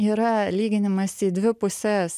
yra lyginamasi į dvi puses